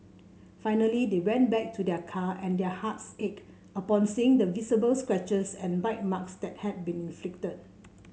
finally they went back to their car and their hearts ached upon seeing the visible scratches and bite marks that had been inflicted